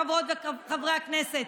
חברות וחברי הכנסת,